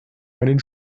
einen